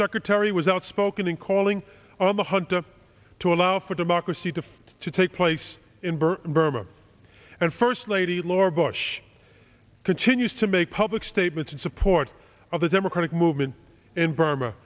secretary was outspoken in calling on the hunt up to allow for democracy defeat to take place in burma burma and first lady laura bush continues to make public statements in support of the democratic movement in burma